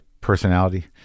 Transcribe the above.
personality